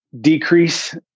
decrease